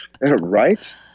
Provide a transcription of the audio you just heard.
right